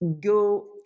go